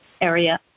area